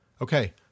Okay